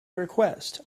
request